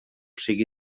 siga